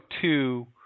two